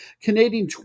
Canadian